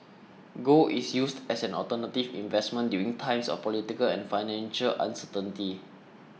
gold is used as an alternative investment during times of political and financial uncertainty